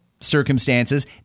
Circumstances